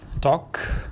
talk